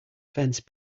fence